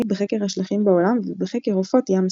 בחקר השלכים בעולם ובחקר עופות ים סוף.